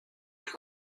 plus